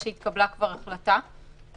אם לא יתקנו קריטריונים לתוכנית הפעלה אתם